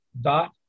dot